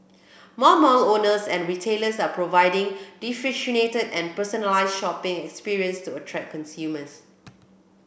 more mall owners and retailers are providing differentiated and personalise shopping experiences to attract consumers